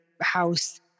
house